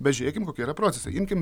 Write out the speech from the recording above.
bet žiūrėkim kokie yra procesai imkim